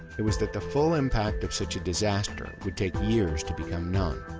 it was that the full impact of such a disaster would take years to become known.